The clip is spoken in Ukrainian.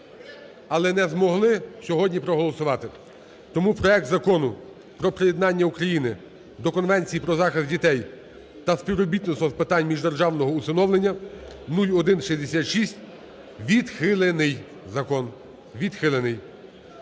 але не змогли сьогодні проголосувати. Тому проект Закону про приєднання України до Конвенції про захист дітей та співробітництво з питань міждержавного усиновлення (0166) відхилений закон, відхилений.